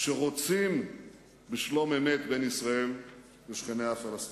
שרוצים בשלום-אמת בין ישראל לשכניה הפלסטינים.